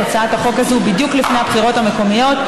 הצעת החוק הזו בדיוק לפני הבחירות המקומיות.